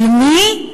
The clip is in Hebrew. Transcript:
על מי?